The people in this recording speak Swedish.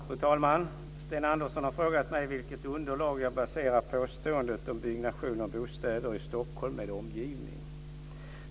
Fru talman! Sten Andersson har frågat mig på vilket underlag jag baserar påståendet om byggnation av bostäder i Stockholm med omgivning.